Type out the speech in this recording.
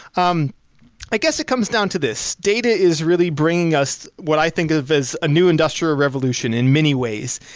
um i guess it comes down to this, data is really bringing us, what i think of as a new industrial revolution in many ways.